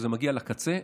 כשזה מגיע לקצה,